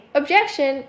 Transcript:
objection